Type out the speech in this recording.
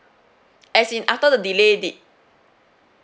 as in after the delay did